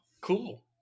Cool